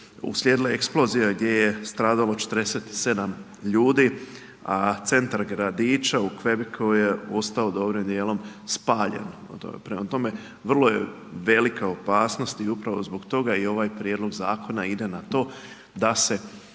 uslijedila je eksplozija gdje je stradalo 47 ljudi a centar gradića u Quebecu je ostao dobrim dijelom spaljen. Prema tome, vrlo je velika opasnost i upravo zbog toga i ovaj prijedlog zakona ide na to da se